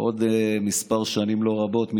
עוד כמה שנים לא רבות,